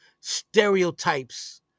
stereotypes